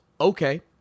okay